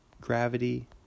Gravity